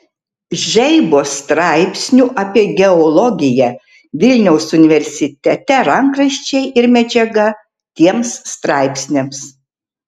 žeibos straipsnių apie geologiją vilniaus universitete rankraščiai ir medžiaga tiems straipsniams